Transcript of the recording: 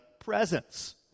presence